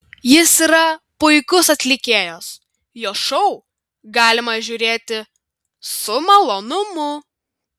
jis yra puikus atlikėjas jo šou galima žiūrėti su malonumu